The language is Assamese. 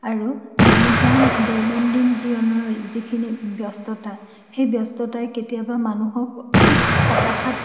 আৰু মানুহৰ দৈনন্দিন জীৱনৰ যিখিনি ব্যস্ততা সেই ব্যস্ততাই কেতিয়াবা মানুহক খুব হতাশাত